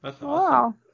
Wow